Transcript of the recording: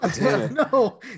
no